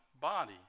body